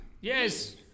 Yes